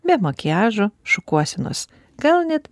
be makiažo šukuosenos gal net